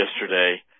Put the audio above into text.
yesterday